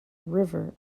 river